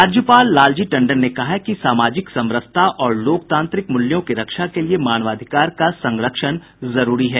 राज्यपाल लालजी टंडन ने कहा है कि सामाजिक समरसता और लोकतांत्रिक मूल्यों की रक्षा के लिये मानवाधिकार का संरक्षण जरूरी है